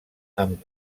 amb